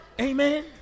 Amen